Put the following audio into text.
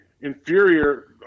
inferior